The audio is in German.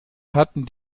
hatten